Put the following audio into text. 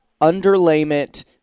underlayment